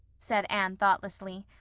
said anne thoughtlessly.